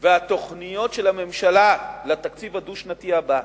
והתוכניות של הממשלה לתקציב הדו-שנתי הבא,